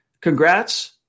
Congrats